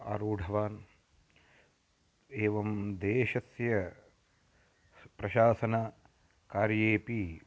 आरुढवान् एवं देशस्य प्रशासनकार्येपि